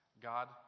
God